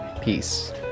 Peace